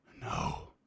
no